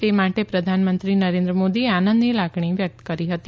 તે માટે પ્રધાનમંત્રી નરેન્દ્ર મોદીએ આનંદની લાગણી વ્યકત કરી હતી